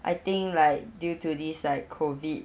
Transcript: I think like due to this like COVID